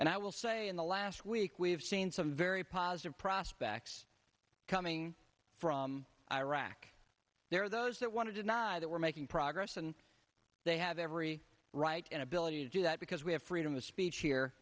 and i will say in the last week we have seen some very positive prospects coming from iraq there are those that want to deny that we're making progress and they have every right and ability to do that because we have freedom of speech here